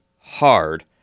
hard